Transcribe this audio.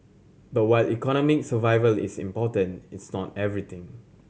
but while economic survival is important it's not everything